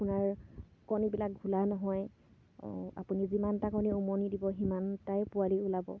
আপোনাৰ কণীবিলাক ঘোলা নহয় আপুনি যিমানটা কণী উমনি দিব সিমানটাই পোৱাৰ ওলাব